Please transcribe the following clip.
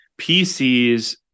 PCs